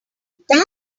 that